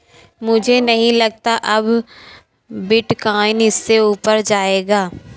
मुझे नहीं लगता अब बिटकॉइन इससे ऊपर जायेगा